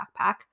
backpack